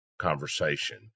conversation